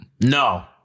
No